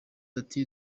ati